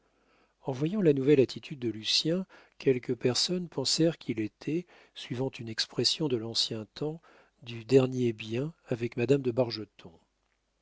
en voyant la nouvelle attitude de lucien quelques personnes pensèrent qu'il était suivant une expression de l'ancien temps du dernier bien avec madame de